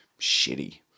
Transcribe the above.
shitty